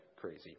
crazy